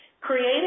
created